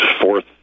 fourth